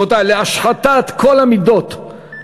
להשחתת כל המידות.